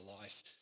life